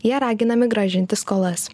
jie raginami grąžinti skolas